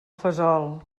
fesol